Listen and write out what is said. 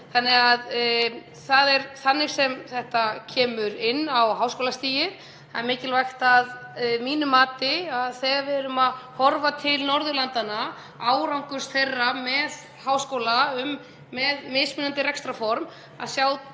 Það er þannig sem þetta kemur inn á háskólastigið. Það er mikilvægt að mínu mati þegar við erum að horfa til Norðurlandanna, árangurs þeirra með háskóla með mismunandi rekstrarform, að sjá